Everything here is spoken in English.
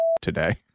today